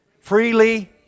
Freely